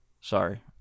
Sorry